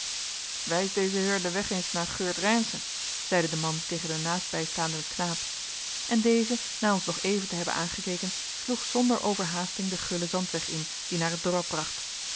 wijs deuzen heeren den weg eens naar geurt reynszen zeide de man tegen den naastbijstaanden knaap en deze na ons nog even te hebben aangekeken sloeg zonder overhaasting den gullen zandweg in die naar het dorp bracht